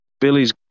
Billy's